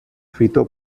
fito